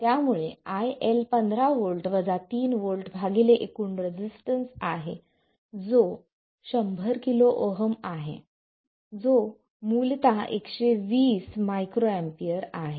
त्यामुळे IL 15 volt 3 volt भागिले एकूण रेसिस्टन्स आहे जो 100 KΩ आहे जो मूलत120 μA आहे